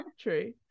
true